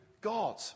God